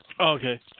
Okay